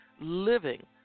living